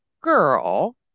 girl